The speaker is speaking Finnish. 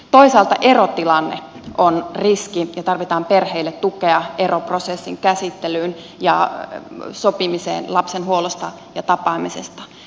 toisaalta erotilanne on riski ja tarvitaan perheille tukea eroprosessin käsittelyyn ja sopimiseen lapsen huollosta ja tapaamisesta